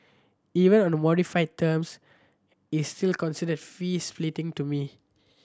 even on the modified terms it's still considered fee splitting to me